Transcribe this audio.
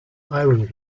iron